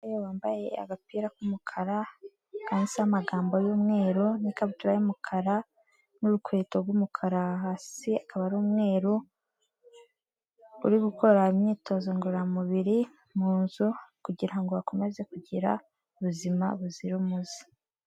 Umugore wambaye agapira k'umukara, kanditseho amagambo y'umweru n'ikabutura y'umukara n'urukweto rw'umukara hasi akaba ari umweru, uri gukora imyitozo ngororamubiri mu nzu, kugira ngo akomeze kugira ubuzima buzira umuze.